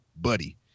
Buddy